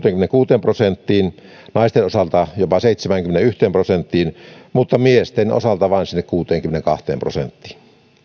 kuuteenkymmeneenkuuteen prosenttiin naisten osalta jopa seitsemäänkymmeneenyhteen prosenttiin mutta miesten osalta vain sinne kuuteenkymmeneenkahteen prosenttiin